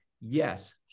yes